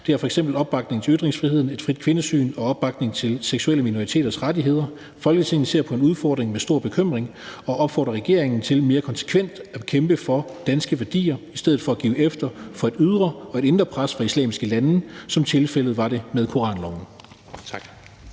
Det er f.eks. opbakningen til ytringsfriheden, et frit kvindesyn og opbakning til seksuelle minoriteters rettigheder. Folketinget ser på den udfordring med stor bekymring og opfordrer regeringen til mere konsekvent at kæmpe for danske værdier i stedet for at give efter for et ydre og indre pres fra islamiske lande, som tilfældet var det med koranloven.«